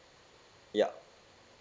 ya